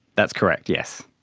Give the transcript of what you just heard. that's correct, yes.